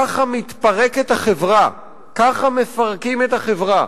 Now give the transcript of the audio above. כך מתפרקת החברה, ככה מפרקים את החברה.